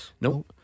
No